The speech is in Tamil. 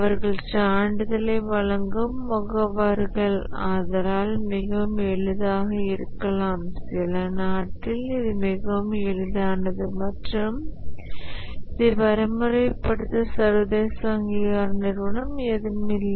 அவர்கள் சான்றிதழை வழங்கும் முகவர்கள் ஆதலால் மிகவும் எளிதானதாக இருக்கலாம் சில நாட்டில் இது மிகவும் எளிதானது மற்றும் இதை வரைமுறைப்படுத்த சர்வதேச அங்கீகார நிறுவனம் எதுவும் இல்லை